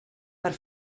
per